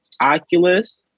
Oculus